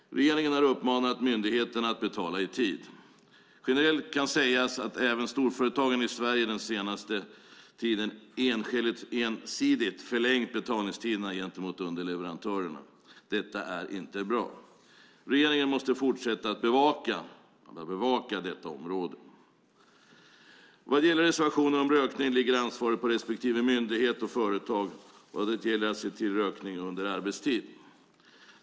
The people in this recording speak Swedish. Regeringen har uppmanat myndigheterna att betala i tid. Generellt kan sägas att även storföretagen i Sverige den senaste tiden ensidigt förlängt betalningstiderna gentemot underleverantörerna. Detta är inte bra. Regeringen måste fortsätta att bevaka detta område. Vad gäller reservationen om rökning ligger ansvaret på respektive myndighet och företag vad gäller rökning under arbetstid.